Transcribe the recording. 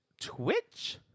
Twitch